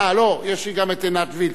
אה, לא, יש לי גם את עינת וילף,